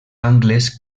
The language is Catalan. angles